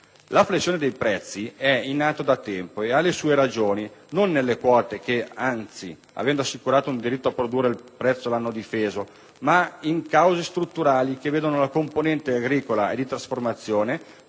La flessione dei prezzi è in atto da tempo e ha le sue ragioni non nelle quote che, anzi, avendo assicurato un diritto a produrre, il prezzo l'hanno difeso, ma in cause strutturali, che vedono la componente agricola e di trasformazione